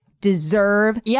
deserve